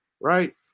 right